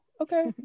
okay